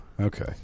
Okay